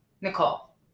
Nicole